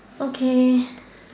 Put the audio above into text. okay